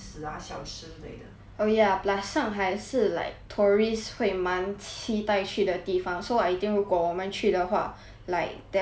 oh ya plus 上海是 like tourists 会蛮期待去的地方 so I think 如果我们去的话 like there's a lot of thing we can do lah